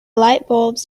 lightbulbs